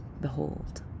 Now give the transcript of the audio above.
Behold